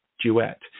Duet